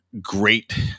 great